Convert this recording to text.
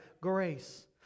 grace